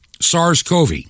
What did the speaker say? SARS-CoV